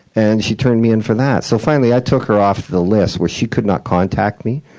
and she turned me in for that. so finally, i took her off the list, where she could not contact me.